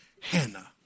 Hannah